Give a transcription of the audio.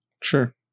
Sure